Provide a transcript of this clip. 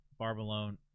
Barbalone